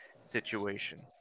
situation